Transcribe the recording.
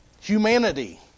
humanity